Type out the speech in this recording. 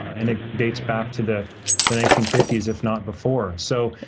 and it dates back to the the nineteen fifty s, if not before. so,